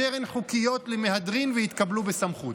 כאשר הן חוקיות למהדרין והתקבלו בסמכות".